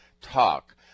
talk